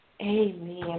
Amen